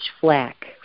flack